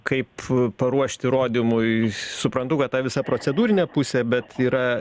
kaip paruošti rodymui suprantu kad ta visa procedūrinė pusė bet yra